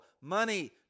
Money